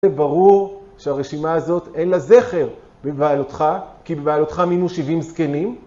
זה ברור שהרשימה הזאת אין לה זכר בבהעלותך, כי בבהעלותך מינו 70 זקנים.